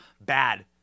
bad